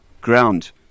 ground